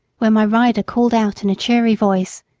when my rider called out in a cheery voice,